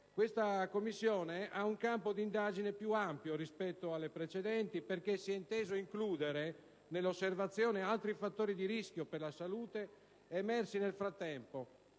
un anno fa), ha un campo d'indagine più ampio rispetto alle precedenti, perché si è inteso includere nell'osservazione altri fattori di rischio per la salute emersi nel frattempo: